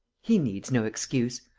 he needs no excuse.